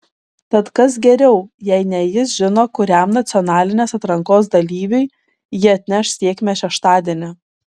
tad kas geriau jei ne jis žino kuriam nacionalinės atrankos dalyviui ji atneš sėkmę šeštadienį